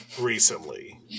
recently